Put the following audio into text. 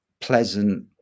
pleasant